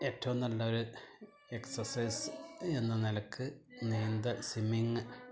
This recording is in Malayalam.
ഏറ്റവും നല്ലൊരു എക്സർസൈസ് എന്ന നിലക്ക് നീന്തൽ സ്വിമ്മിങ്ങ്